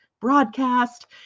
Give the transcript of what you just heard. broadcast